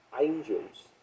angels